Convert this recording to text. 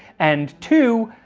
and two